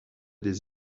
des